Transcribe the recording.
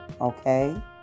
okay